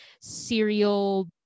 serial